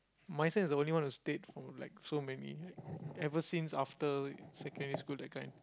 myself is the only one that stayed for like so many ever since after secondary school that kind